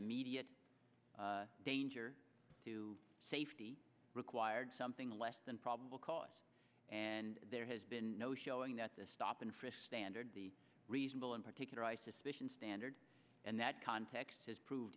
immediate danger to safety required something less than probable cause and there has been no showing that the stop and frisk standard the reasonable in particular i suspicion standard and that context has proved